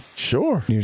Sure